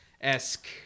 esque